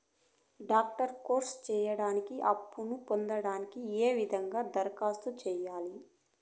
Doctor course సేయడానికి అప్పును పొందడానికి ఏ విధంగా దరఖాస్తు సేయాలి?